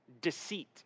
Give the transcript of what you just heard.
deceit